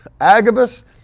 Agabus